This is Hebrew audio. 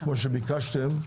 כמו שביקשתם,